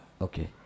Okay